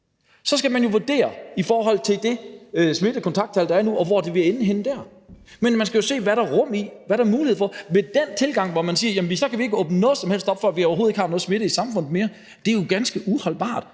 skal vurdere det i forhold til det smittekontakttal, der er nu, og hvor det vil ende der. Men man skal jo se på: Hvad er der rum i? Hvad er der mulighed for? Men den tilgang, hvor man siger, at man så ikke kan åbne noget som helst op, før man overhovedet ikke har noget smitte i samfundet mere, er jo ganske uholdbar.